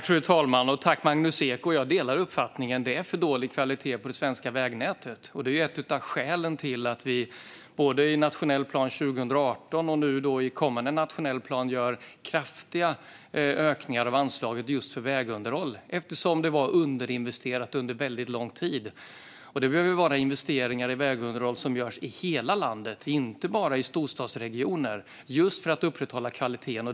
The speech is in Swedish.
Fru talman! Tack, Magnus Ek, för frågan! Jag delar uppfattningen: Det är för dålig kvalitet på det svenska vägnätet. Det är ett av skälen till att vi både i nationell plan 2018 och i kommande nationell plan gör kraftiga ökningar av anslaget till vägunderhållet, som har varit underinvesterat under väldigt lång tid. Det ska vara investeringar i vägunderhåll som görs i hela landet, inte bara i storstadsregioner, just för att upprätthålla kvaliteten.